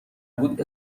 بود